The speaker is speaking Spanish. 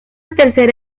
tercera